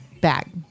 back